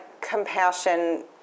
compassion